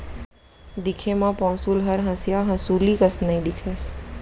दिखे म पौंसुल हर हँसिया हँसुली कस नइ दिखय